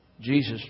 Jesus